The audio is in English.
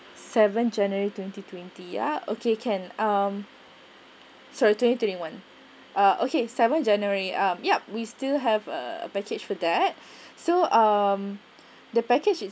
seven january twenty twenty ya okay can um sorry twenty twenty one ah okay seven january um yup we still have a package for that so um the package it